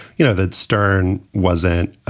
you know, that stern wasn't